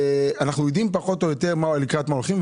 אנחנו יודעים פחות או יותר לקראת מה אנחנו הולכים,